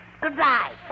Goodbye